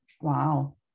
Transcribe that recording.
Wow